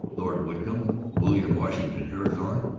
lord wycombe, william washington eathorne,